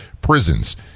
prisons